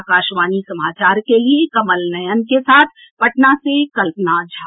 आकाशवाणी समाचार के लिए कमल नयन के साथ पटना से कल्पना झा